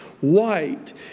White